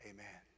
Amen